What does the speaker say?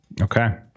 Okay